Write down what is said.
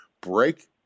break